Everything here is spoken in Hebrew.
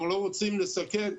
אנחנו לא רוצים לסכן.